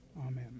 amen